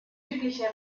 südlicher